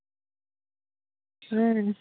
ᱦᱮᱸ